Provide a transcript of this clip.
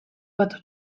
bat